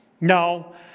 No